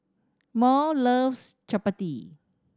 Maud loves Chapati